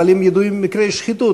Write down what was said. אבל אם ידועים מקרי שחיתות,